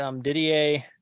Didier